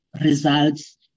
results